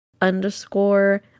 underscore